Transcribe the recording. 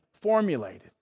formulated